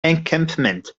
encampment